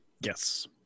yes